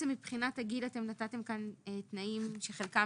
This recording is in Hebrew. מבחינת הגיל אתם נתתם כאן תנאים שחלקם